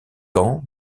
ans